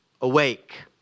awake